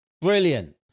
Brilliant